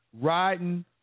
riding